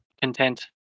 Content